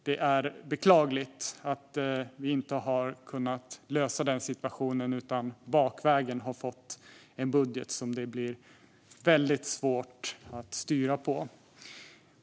Det är beklagligt att vi inte har kunnat lösa den situationen utan bakvägen har fått en budget som det blir väldigt svårt att styra med.